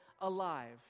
alive